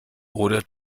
oder